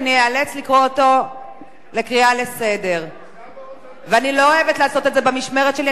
אני איאלץ לקרוא אותו לסדר ואני לא אוהבת לעשות את זה במשמרת שלי,